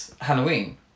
Halloween